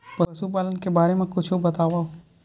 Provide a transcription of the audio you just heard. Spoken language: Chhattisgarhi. पशुपालन के बारे मा कुछु बतावव?